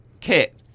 Kit